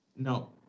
No